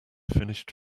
finished